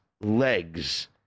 legs